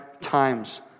times